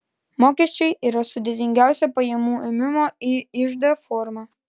mokesčiai yra sudėtingiausia pajamų ėmimo į iždą forma